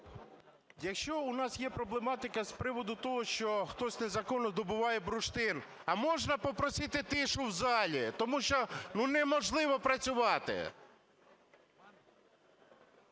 Якщо у нас є проблематика з приводу того, що хтось незаконно добуває бурштин. А можна попросити тишу в залі, тому що, ну, неможливо працювати.